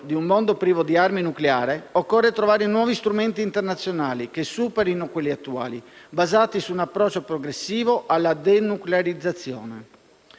di un mondo privo di armi nucleari, occorre trovare nuovi strumenti internazionali che superino quelli attuali, basati su un approccio progressivo alla denuclearizzazione.